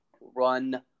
Run